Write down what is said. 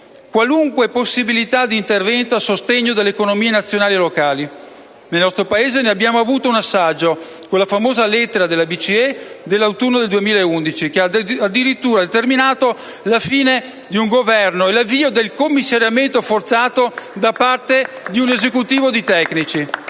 qualunque possibilità di intervento a sostegno delle economie nazionali e locali. Nel nostro Paese ne abbiamo avuto un assaggio con la famosa lettera della BCE dell'autunno 2011, che ha addirittura determinato la fine di un Governo e l'avvio del commissariamento forzato da parte di un Esecutivo di tecnici.